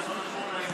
אתה דיקטטור קטן ועלוב,